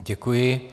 Děkuji.